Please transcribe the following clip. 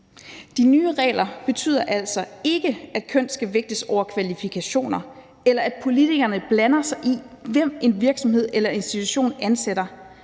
De nye regler betyder altså ikke, at køn skal vægtes over kvalifikationer, eller at politikerne blander sig i, hvem en virksomhed eller institution ansætter.